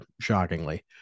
shockingly